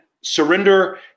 surrender